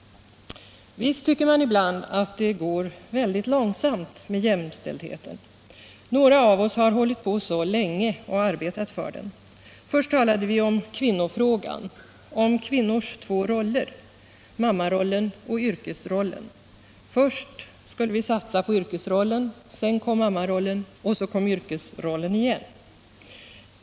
Visst tycker man ibland att det går väldigt långsamt med jämställdheten. Några av oss har hållit på mycket länge och arbetat för den. Först talade vi om kvinnofrågan, om kvinnors två roller: mammarollen och yrkesrollen. Först skulle vi satsa på yrkesrollen, sedan kom mammarollen och så kom yrkesrollen igen.